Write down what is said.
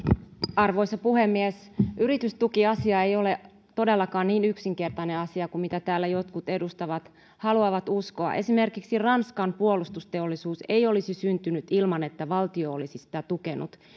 arvoisa puhemies yritystukiasia ei ole todellakaan niin yksinkertainen kuin mitä täällä jotkut edustajat haluavat uskoa esimerkiksi ranskan puolustusteollisuus ei olisi syntynyt ilman että valtio olisi sitä tukenut